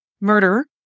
murder